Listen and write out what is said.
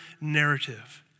narrative